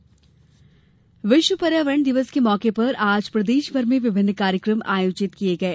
पर्यावरण दिवस विश्व पर्यावरण दिवस के मौंके पर आज प्रदेशभर में विभिन्न कार्यकम आयोजित किये गये